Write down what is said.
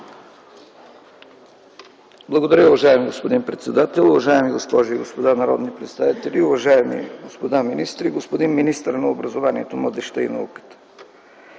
Благодаря. Уважаеми господин председател, уважаеми госпожи и господа народни представители, уважаеми господа министри! Господин министър на образованието, младежта и науката,